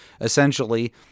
Essentially